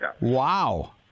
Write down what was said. Wow